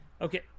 Okay